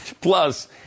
plus